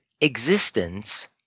existence